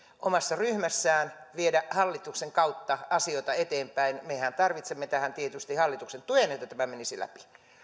omassa ryhmässään viedä hallituksen kautta asioita eteenpäin mehän tarvitsemme tähän tietysti hallituksen tuen että tämä menisi läpi